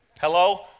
Hello